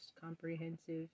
comprehensive